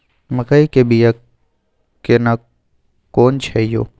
मकई के बिया केना कोन छै यो?